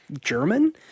German